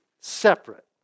separate